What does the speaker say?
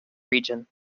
region